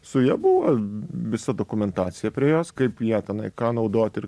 su ja buvo visa dokumentacija prie jos kaip ją tenai ką naudot ir